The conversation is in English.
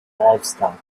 livestock